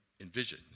envision